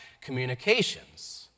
communications